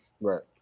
right